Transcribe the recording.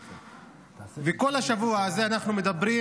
כל השבוע הזה אנחנו מדברים,